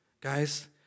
Guys